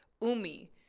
Umi